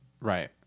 Right